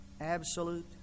absolute